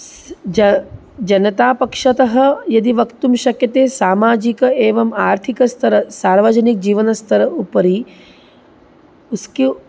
ज जनतापक्षतः यदि वक्तुं शक्यते सामाजिकः एवम् आर्थिकस्तरः सार्वजनिकः जीवनस्तरः उपरि